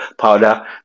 Powder